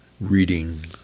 reading